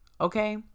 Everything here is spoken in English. Okay